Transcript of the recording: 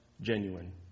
genuine